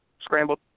Scrambled